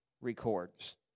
records